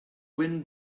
wind